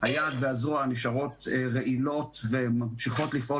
היד והזרוע נשארות רעילות וממשיכות לפעול